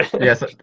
Yes